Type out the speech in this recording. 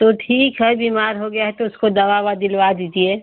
तो ठीक है बीमार हो गया है तो उसको दवा ओवा दिलवा दीजिए